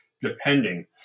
depending